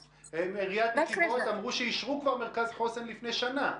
בעיריית נתיבות אמרו שכבר אישרו מרכז חוסן לפני שנה,